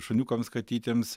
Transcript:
šuniukams katytėms